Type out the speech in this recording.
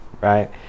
Right